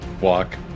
Walk